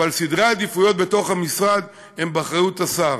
אבל סדרי העדיפויות בתוך המשרד הם באחריות השר.